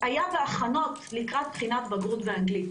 היה בהכנות לקראת בחינת בגרות באנגלית.